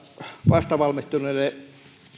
vastavalmistuneen